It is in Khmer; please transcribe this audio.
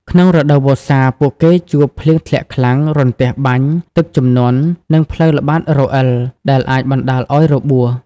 ក្នុងរដូវវស្សា ពួកគេជួប ភ្លៀងធ្លាក់ខ្លាំង រន្ទះបាញ់ ទឹកជំនន់ និងផ្លូវល្បាតរអិល ដែលអាចបណ្ដាលឲ្យរបួស។